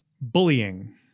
bullying